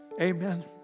Amen